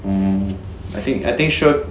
um I think I think sure